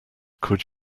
could